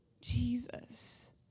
Jesus